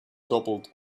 toppled